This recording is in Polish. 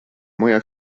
moja